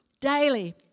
daily